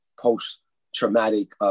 post-traumatic